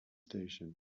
station